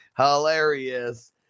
hilarious